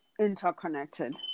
interconnected